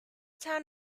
town